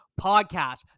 podcast